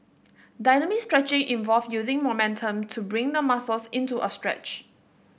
dynamic stretching involve using momentum to bring the muscles into a stretch